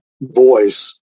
voice